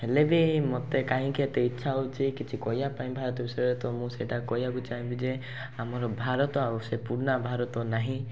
ହେଲେ ବି ମୋତେ କାହିଁକି ଏତେ ଇଚ୍ଛା ହେଉଛି କିଛି କହିବା ପାଇଁ ଭାରତ ବିଷୟରେ ତ ମୁଁ ସେଇଟା କହିବାକୁ ଚାହିଁବି ଯେ ଆମର ଭାରତ ଆଉ ସେ ପୁରୁଣା ଭାରତ ନାହିଁ